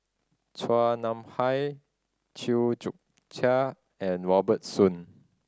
Chua Nam Hai Chew Joo Chiat and Robert Soon